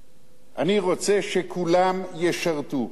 אני רוצה שכולם ישרתו,